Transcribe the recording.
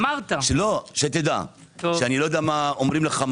אני לא יודע מה אומרים לך,